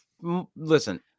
Listen